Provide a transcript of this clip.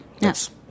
yes